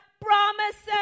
promises